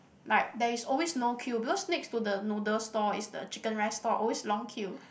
like there is always no queue because next to the noodle stall is the chicken rice stall always long queue